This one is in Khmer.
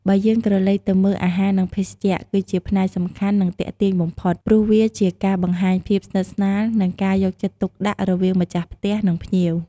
បើយើងក្រឡេកទៅមើល អាហារ និងភេសជ្ជៈ គឺជាផ្នែកសំខាន់ និងទាក់ទាញបំផុត ព្រោះវាជាការបង្ហាញភាពស្និទ្ធស្នាលនិងការយកចិត្តទុកដាក់រវាងម្ចាស់ផ្ទះ និងភ្ញៀវ។